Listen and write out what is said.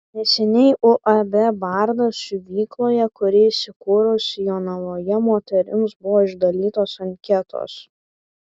neseniai uab bardas siuvykloje kuri įsikūrusi jonavoje moterims buvo išdalytos anketos